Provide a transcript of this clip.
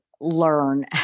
learn